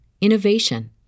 innovation